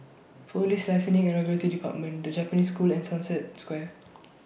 Police Licensing and Regulatory department The Japanese School and Sunset Square